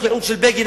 בשליחות של בגין,